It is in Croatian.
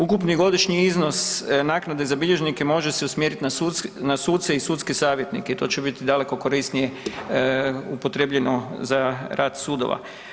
Ukupni godišnji iznos naknade za bilježnike može se usmjeriti na suce i sudske savjetnike, to će biti daleko korisnije upotrjebljeno za rad sudova.